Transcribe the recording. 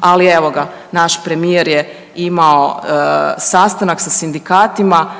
Ali evo ga, naš premijer je imao sastanak sa sindikatima.